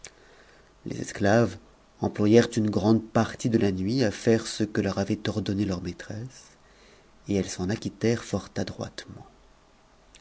les esclaves employèrent une grande partie de la nuit à faire ce que leur avait ordonné leur maîtresse et elles s'en acquittèrent fort adroitement